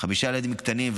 חמישה ילדים קטנים,